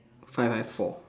five I have four